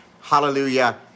Hallelujah